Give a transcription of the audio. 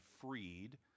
freed